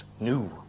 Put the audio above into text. New